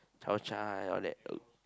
Chao-Chai all that uh